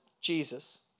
Jesus